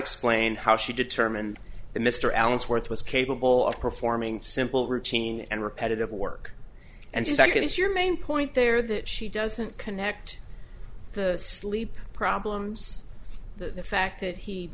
explain how she determined the mr allensworth was capable of performing simple routine and repetitive work and second as your main point there that she doesn't connect the sleep problems the fact that he